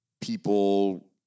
people